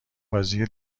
بازی